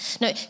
No